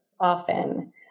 often